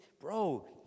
bro